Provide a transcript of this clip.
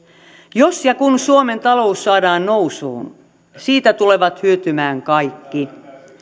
jos ja kun suomen talous saadaan nousuun siitä tulevat hyötymään kaikki